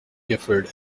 gifford